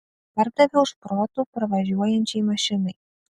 pardaviau šprotų pravažiuojančiai mašinai